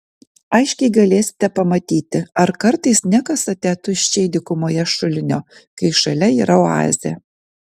aiškiai galėsite pamatyti ar kartais nekasate tuščiai dykumoje šulinio kai šalia yra oazė